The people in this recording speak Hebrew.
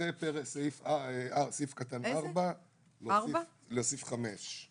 אחרי תקנת משנה (4) להוסיף תקנת משנה (5).